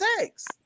sex